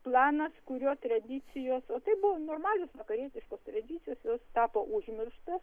planas kurio tradicijos o tai buvo normalios vakarietiškos tradicijos jos tapo užmirštos